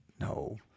no